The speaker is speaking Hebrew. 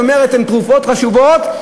והיא אומרת: הן תרופות חשובות,